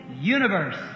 universe